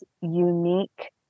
unique